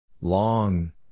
Long